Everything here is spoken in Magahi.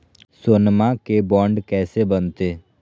सोनमा के बॉन्ड कैसे बनते?